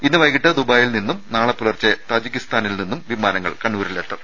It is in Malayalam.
ഇന്ന് വൈകീട്ട് ദുബായിൽ നിന്നും നാളെ പുലർച്ചെ താജികിസ്ഥാനിൽ നിന്നും വിമാനങ്ങൾ കണ്ണൂരിലെത്തും